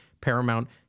Paramount